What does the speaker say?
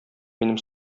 минем